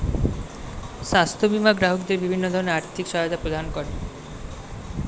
স্বাস্থ্য বীমা গ্রাহকদের বিভিন্ন ধরনের আর্থিক সহায়তা প্রদান করে